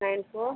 nine four